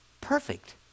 perfect